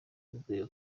yamubwiye